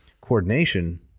coordination